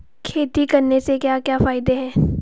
खेती करने से क्या क्या फायदे हैं?